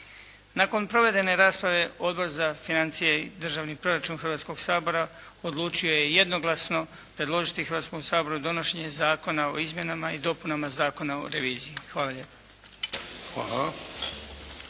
Nakon provedene rasprave Odbor za financije i državni proračun Hrvatskoga sabora odlučio je jednoglasno predložiti Hrvatskom saboru donošenje Zakona o izmjenama i dopunama Zakona o reviziji. Hvala lijepa.